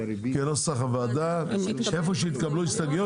כנוסח הוועדה איפה שהתקבלו הסתייגויות